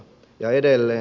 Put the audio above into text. ja edelleen